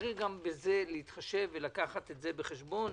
יש גם בזה להתחשב ולקחת את זה בחשבון.